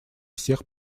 всех